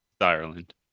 Ireland